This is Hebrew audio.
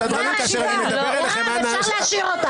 אנא, השאירו אותה.